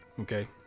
Okay